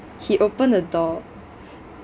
he opened the door